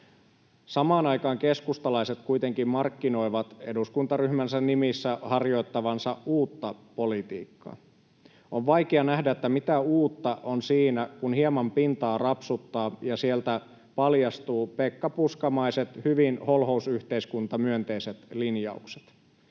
Samaan aikaan keskustalaiset kuitenkin markkinoivat eduskuntaryhmänsä nimissä harjoittavansa uutta politiikkaa. On vaikea nähdä, mitä uutta on siinä, että kun hieman pintaa rapsuttaa, niin sieltä paljastuvat pekkapuskamaiset, hyvin holhousyhteiskuntamyönteiset linjaukset.